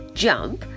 jump